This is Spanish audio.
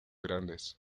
grandes